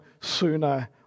sooner